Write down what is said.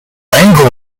angle